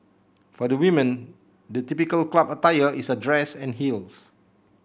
for the women the typical club attire is a dress and heels